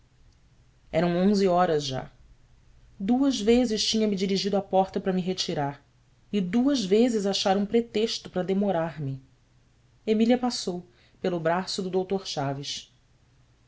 eram onze horas já duas vezes tinha-me dirigido à porta para me retirar e duas vezes achara um pretexto para demorar-me emília passou pelo braço do dr chaves